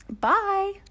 Bye